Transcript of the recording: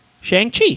Shang-Chi